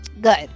Good